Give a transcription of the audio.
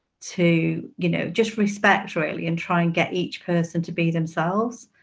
to you know just respect, really, and try and get each person to be themselves.